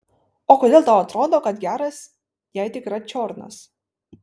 o kodėl tau atrodo kad geras jei tik yra čiornas